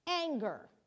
anger